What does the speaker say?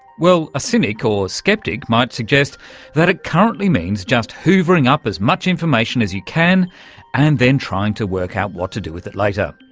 well, a cynic or sceptic might suggest that it currently means just hoovering up as much information as you can and then trying to work out what to do with it later.